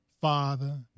father